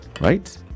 right